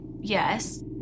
yes